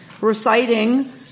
reciting